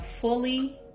fully